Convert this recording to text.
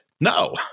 No